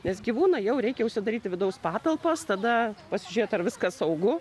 nes gyvūną jau reikia užsidaryti į vidaus patalpas tada pasižiūrėt ar viskas saugu